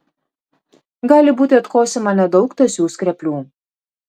gali būti atkosima nedaug tąsių skreplių